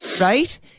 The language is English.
Right